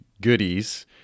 goodies